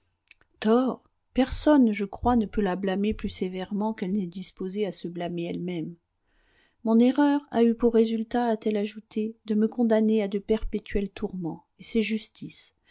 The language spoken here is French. personne je crois ne peut la blâmer plus sévèrement qu'elle n'est disposée à se blâmer elle-même mon erreur a eu pour résultat a-t-elle ajouté de me condamner à de perpétuels tourments et c'est justice